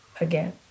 again